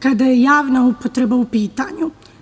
kada je javna upotreba u pitanju.